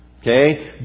Okay